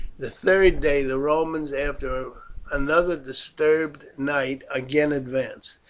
the third day the romans, after another disturbed night, again advanced.